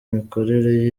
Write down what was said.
mikorere